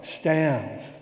stands